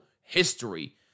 history